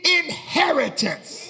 inheritance